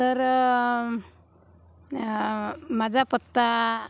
तर माझा पत्ता